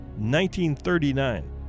1939